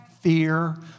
fear